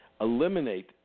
Eliminate